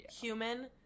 human